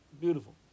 Beautiful